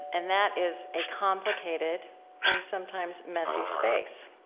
and that is a complicated and sometimes messy space.